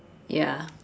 ya